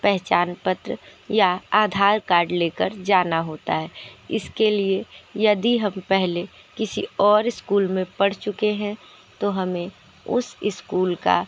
पहचान पत्र या आधार कार्ड लेकर जाना होता है इसके लिए यदि हम पहले किसी और स्कूल में पढ़ चुके हैं तो हमें उस स्कूल का